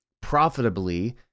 profitably